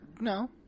No